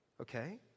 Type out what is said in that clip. okay